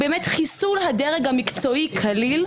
חיסול הדרג המקצועי כליל,